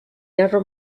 never